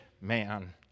man